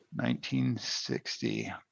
1960